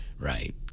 Right